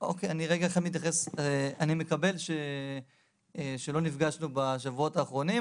אני חושב שדעתנו המקצועית הובאה תמיד בצורה שקופה וברורה,